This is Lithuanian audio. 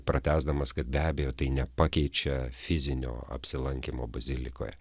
pratęsdamas kad be abejo tai nepakeičia fizinio apsilankymo bazilikoje